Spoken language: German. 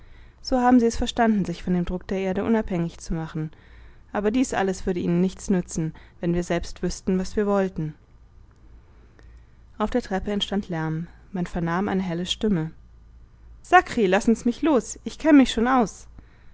so haben sie es verstanden sich von dem druck der erde unabhängig zu machen aber dies alles würde ihnen nichts nützen wenn wir selbst wüßten was wir wollen auf der treppe entstand lärm man vernahm eine helle stimme sakri lassens mich los ich kenn mich schon aus